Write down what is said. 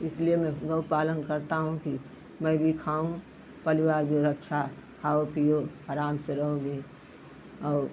इसलिए मैं गौ पालन करता हूँ कि मैं भी खाऊं पलिवार जो रच्छा खाओ पियो आराम से रहोगे औ